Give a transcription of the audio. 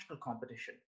competition